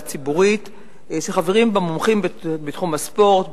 ציבורית שחברים בה מומחים מתחום הספורט,